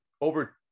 over